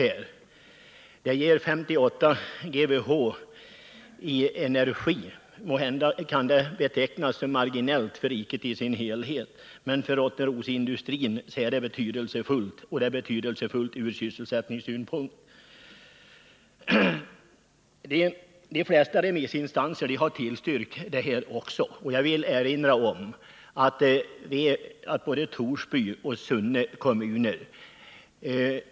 och den ger ett energitillskott av 58 GWh. Måhända kan det betecknas som marginellt för riket som helhet, men för Rottnerosindustrin är det betydelsefullt. De flesta remissinstanser har tillstyrkt Kymmenprojektet, och jag vill erinra om att både Torsby och Sunne kommuner har gjort det.